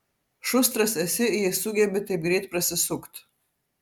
šustras esi jei sugebi taip greit prasisukt